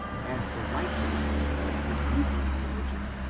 and the right ways of the hebrew religion.